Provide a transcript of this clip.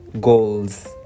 goals